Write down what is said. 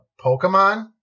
Pokemon